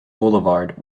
boulevard